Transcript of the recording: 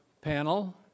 panel